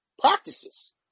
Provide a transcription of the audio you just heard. practices